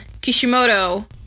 Kishimoto